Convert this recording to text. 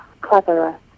cleverer